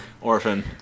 Orphan